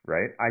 Right